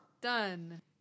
Done